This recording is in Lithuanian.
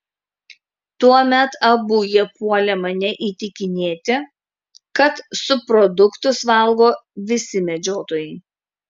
tuomet abu jie puolė mane įtikinėti kad subproduktus valgo visi medžiotojai